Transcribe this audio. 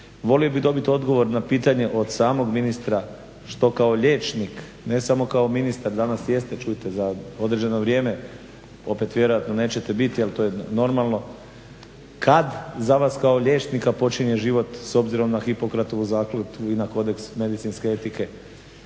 Volio bih dobiti odgovor na pitanje od samog ministra što kao liječnik ne samo kao ministar, danas jeste, čujte za određeno vrijeme opet vjerojatno nećete biti ali to je normalno, kada za vas kao liječnika počinje život s obzirom na Hipokratovu zakletvu i na kodeks medicinske etike?